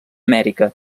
amèrica